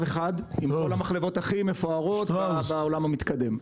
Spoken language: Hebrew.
אחד עם כל המחלבות הכי מפוארות בעולם המתקדם.